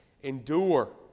endure